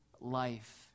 life